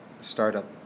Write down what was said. startup